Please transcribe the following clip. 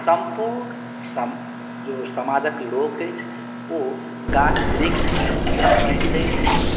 सम्पूर्ण सम जे समाजक लोक अछि ओ गाछ वृक्षमे पानि दैत छथि